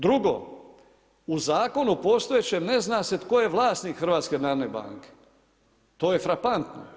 Drugo, u zakonu postojećem ne zna se tko je vlasnik HNB-a, to je frapantno.